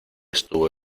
estuvo